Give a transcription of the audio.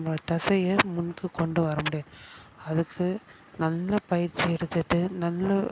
நம்பளோட தசையை முன்னுக்கு கொண்டு வர முடியாது அதுக்கு நல்லா பயிற்சி எடுத்துகிட்டு நல்ல